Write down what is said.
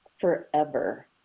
forever